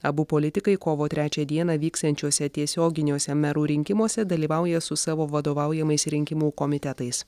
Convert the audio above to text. abu politikai kovo trečią dieną vyksiančiuose tiesioginiuose merų rinkimuose dalyvauja su savo vadovaujamais rinkimų komitetais